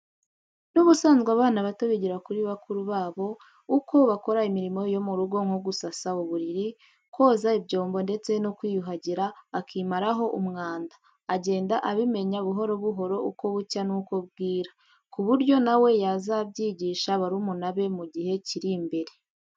N'ubusanzwe abana bato bigira kuri bakuru babo uko bakora imirimo yo mu rugo nko gusasa uburiri, koza ibyombo ndetse no kwiyuhagira akimaraho umwanda; agenda abimenya buhoro buhoro uko bucya n'uko bwira, ku buryo na we yazabyigisha barumuna be mu gihe kiri imbere.